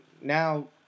Now